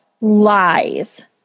lies